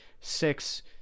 six